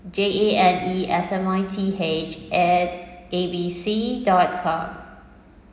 J A N E S M I T H at A B C dot com